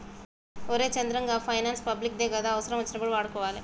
ఒరే చంద్రం, గా finance public దే గదా, అవుసరమచ్చినప్పుడు వాడుకోవాలె